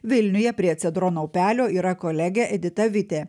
vilniuje prie cedrono upelio yra kolegė edita vitė